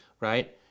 right